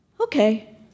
Okay